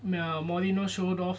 mourinho showed off